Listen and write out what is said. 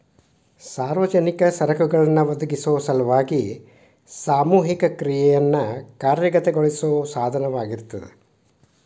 ಸಾರ್ವಜನಿಕ ಸರಕುಗಳನ್ನ ಒದಗಿಸೊ ಸಲುವಾಗಿ ಸಾಮೂಹಿಕ ಕ್ರಿಯೆಯನ್ನ ಕಾರ್ಯಗತಗೊಳಿಸೋ ಸಾಧನವಾಗಿರ್ತದ